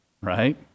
right